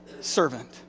servant